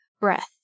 breath